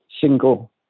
single